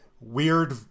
weird